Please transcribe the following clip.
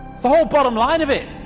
the whole bottom line of it!